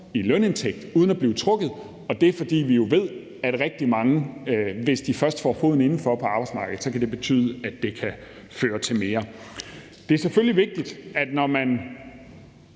i lønindtægt uden at blive trukket i ydelse. Det er, fordi vi jo ved, at hvis mange først får foden indenfor på arbejdsmarkedet, kan det betyde, at det kan føre til mere. Det er selvfølgelig vigtigt, at når man